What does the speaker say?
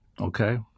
okay